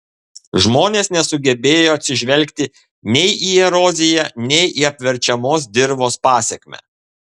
žmonės nesugebėjo atsižvelgti nei į eroziją nei į apverčiamos dirvos pasekmę